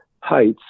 heights